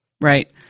Right